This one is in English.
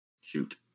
Shoot